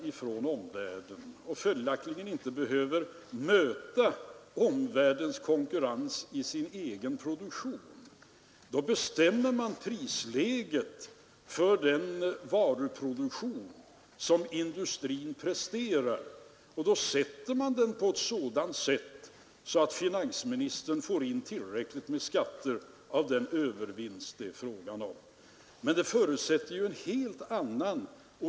I november månad följde vi upp den finanspolitiska åtstramningen. Om inte mitt minne sviker mig hade jag kontakt med ett par av de borgerliga partierna — herr Bohman får väl bara tala för sig — för den 157 finansiella uppstramning som har daterats från november 1970.